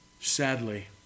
Sadly